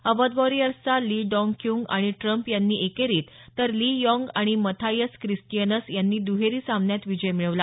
अवध वॉरियर्सचा Lee Dong Keun आणि Trump यांनी एकेरीत तर ली याँग आणि मथायस क्रिस्टीयनसन यांनी दुहेरी सामन्यात विजय मिळवला